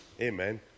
Amen